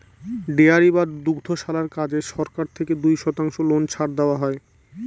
dairy বা দুগ্ধশালার কাজে সরকার থেকে দুই শতাংশ লোন ছাড় দেওয়া হয়